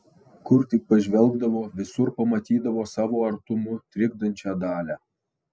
kur tik pažvelgdavo visur pamatydavo savo artumu trikdančią dalią